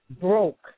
broke